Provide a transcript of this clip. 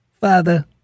Father